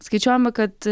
skaičiuojama kad